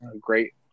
great